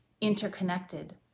interconnected